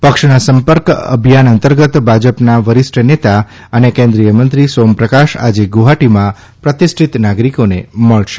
પક્ષના સંપર્ક અભિયાન અંતર્ગત ભાજપાના વરિષ્ઠ નેતા અને કેન્દ્રિયમંત્રી સોમપ્રકાશ આજ ગુવાહાટીમાં પ્રતિષ્ઠિત નાગરિકોને મળશે